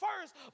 first